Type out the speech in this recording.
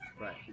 right